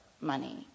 money